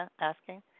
asking